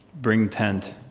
bring tent.